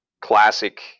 classic